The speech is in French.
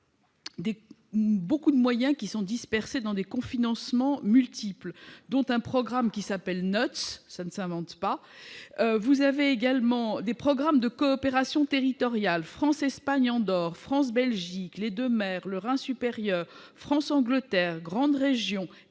beaucoup de moyens dispersés dans des cofinancements multiples, dont un programme appelé « NUTS »- ça ne s'invente pas ... Vous trouvez en outre des programmes de coopération territoriale- France-Espagne-Andorre, France-Belgique, Deux Mers, Rhin supérieur, France-Angleterre, Grande Région,